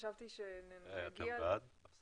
רציתי להתייחס לגבי מה שהטריד את הדובר הקודם,